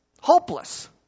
Hopeless